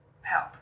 help